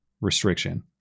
restriction